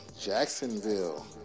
Jacksonville